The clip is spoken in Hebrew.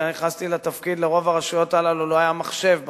כשאני נכנסתי לתפקיד לרוב הרשויות הללו לא היה מחשב בלשכות.